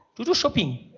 to do shopping,